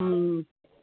हूं